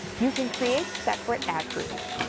you can create separate ad groups,